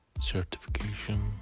certification